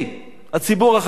הציבור החרדי,